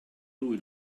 lui